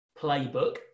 playbook